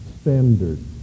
standard